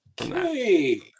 hey